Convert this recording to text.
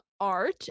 art